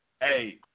Hey